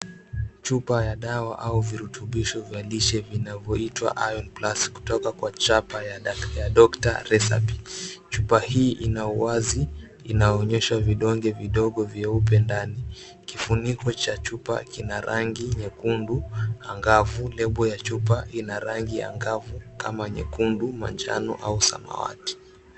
Chupa ya dawa au virutubisho vya lishe vinavyoitwa Iron Plus kutoka kwa chapa ya, Doctor's Recipe. Chupa hii ina wazi, inaonyesha vidonge vidogo vyeupe ndani. Kifuniko cha chupa kina rangi nyekundu angavu. Lebo ya chupa ina rangi angavu kama nyekundu, manjano au samawati.